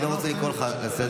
אני לא רוצה לקרוא אותך לסדר.